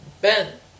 Ben